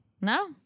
No